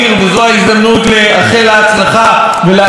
וזו ההזדמנות לאחל לה הצלחה ולאחל לה